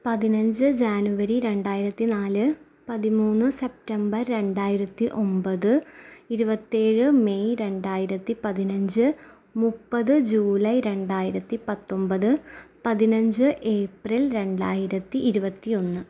പതിനഞ്ച് ജാനുവരി രണ്ടായിരത്തി നാല് പതിമൂന്ന് സെപ്റ്റംബർ രണ്ടായിരത്തി ഒമ്പത് ഇരുപത്തേഴ് മെയ് രണ്ടായിരത്തി പതിനഞ്ച് മുപ്പത് ജൂലൈ രണ്ടായിരത്തി പത്തൊൻപത് പതിനഞ്ച് ഏപ്രിൽ രണ്ടായിരത്തി ഇരുപത്തി ഒന്ന്